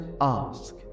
ask